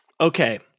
Okay